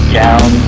down